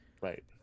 Right